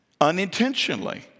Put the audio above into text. unintentionally